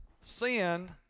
Sin